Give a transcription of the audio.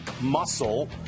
muscle